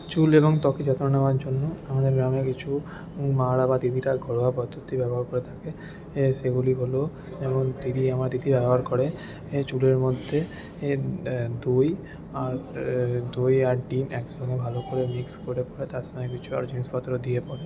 চুল এবং ত্বকের যত্ন নেওয়ার জন্য আমাদের গ্রামে কিছু মা রা বা দিদিরা ঘরোয়া পদ্ধতি ব্যবহার করে থাকে সেগুলি হল যেমন দিদি আমার দিদি ব্যবহার করে চুলের মধ্যে দই আর দই আর ডিম একসঙ্গে ভালো করে মিক্স করে পরে তার সঙ্গে কিছু আরও জিনিসপত্র দিয়ে পরে